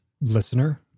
listener